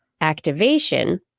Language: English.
activation